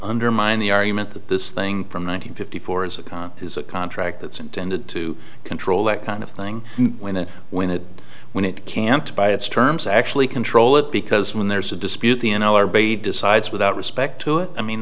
undermine the argument that this thing from one hundred fifty four is a con is a contract that's intended to control that kind of thing when it when it when it can't by its terms actually control it because when there's a dispute the n l r b decides without respect to it i mean